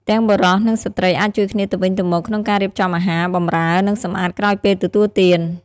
ទាំងបុរស និងស្ត្រីអាចជួយគ្នាទៅវិញទៅមកក្នុងការរៀបចំអាហារ បម្រើ និងសម្អាតក្រោយពេលទទួលទាន។